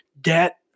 debt